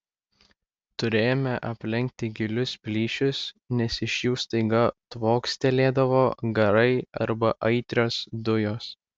turėjome aplenkti gilius plyšius nes iš jų staiga tvokstelėdavo garai arba aitrios dujos